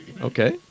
okay